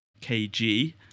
KG